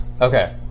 Okay